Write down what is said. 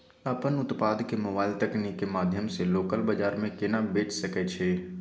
अपन उत्पाद के मोबाइल तकनीक के माध्यम से लोकल बाजार में केना बेच सकै छी?